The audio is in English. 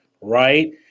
right